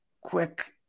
quick